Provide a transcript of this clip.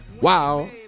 Wow